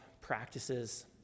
practices